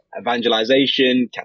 evangelization